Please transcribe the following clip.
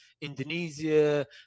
Indonesia